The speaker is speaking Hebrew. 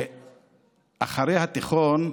אחרי התיכון ג'אבר,